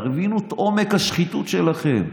תבינו את עומק השחיתות שלכם,